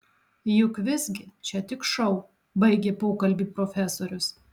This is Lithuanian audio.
juk visgi čia tik šou baigė pokalbį profesorius